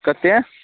कतेक